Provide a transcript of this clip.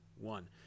one